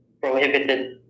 prohibited